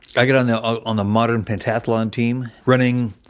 i got on the ah on the modern pentathlon team. running,